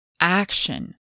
action